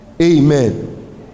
amen